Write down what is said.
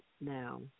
now